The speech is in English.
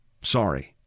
Sorry